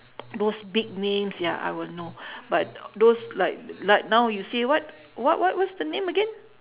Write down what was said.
those big names ya I will know but those like like now you say what what what what's the name again